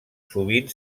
sovint